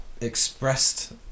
expressed